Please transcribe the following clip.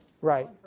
Right